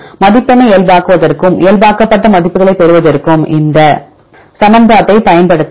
மதிப்பெண்ணை இயல்பாக்குவதற்கும் இயல்பாக்கப்பட்ட மதிப்புகளைப் பெறுவதற்கும் இந்த சமன்பாட்டைப் பயன்படுத்தலாம்